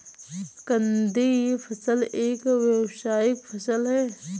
कंदीय फसल एक व्यावसायिक फसल है